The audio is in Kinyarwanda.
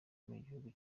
mugihugu